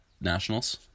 Nationals